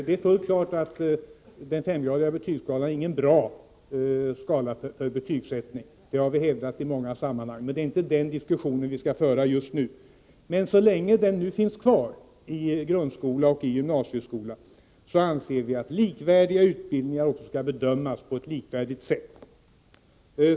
Det är fullt klart att detta inte är någon bra skala för betygsättning, vilket vi har hävdat i många sammanhang. Men det är inte den diskussionen vi skall föra just nu. Så länge denna betygsskala finns kvar i grundskolan och gymnasieskolan anser vi att likvärdiga utbildningar skall bedömas på ett likvärdigt sätt.